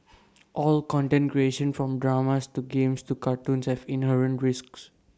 all content creation from dramas to games to cartoons has inherent risks